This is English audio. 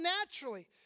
naturally